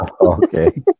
Okay